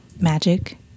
magic